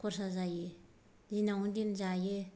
खरसा जायो दिनावनो दिन जायो